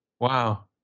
Wow